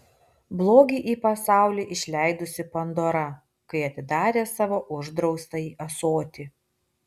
blogį į pasaulį išleidusi pandora kai atidarė savo uždraustąjį ąsotį